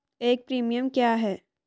एक प्रीमियम क्या है?